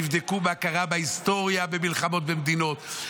תבדקו מה קרה בהיסטוריה במלחמות במדינות,